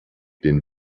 den